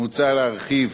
מוצע להרחיב,